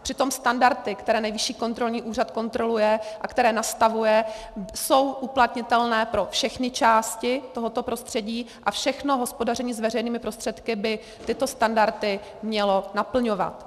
Přitom standardy, které Nejvyšší kontrolní úřad kontroluje a které nastavuje, jsou uplatnitelné pro všechny části tohoto prostředí a všechno hospodaření s veřejnými prostředky by tyto standardy mělo naplňovat.